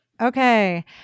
Okay